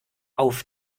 auf